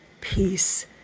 peace